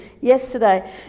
yesterday